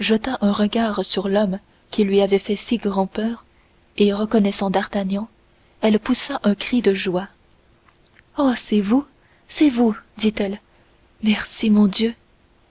jeta un regard sur l'homme qui lui avait fait si grand-peur et reconnaissant d'artagnan elle poussa un cri de joie oh c'est vous c'est vous dit-elle merci mon dieu